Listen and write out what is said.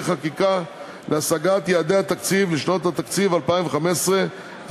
חקיקה להשגת יעדי התקציב לשנות התקציב 2015 ו-2016),